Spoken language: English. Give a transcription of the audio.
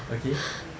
okay